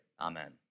amen